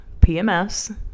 PMS